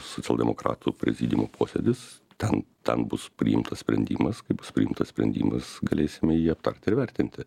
socialdemokratų prezidiumo posėdis ten ten bus priimtas sprendimas priimtas sprendimas galėsime jį aptarti ir vertinti